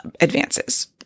advances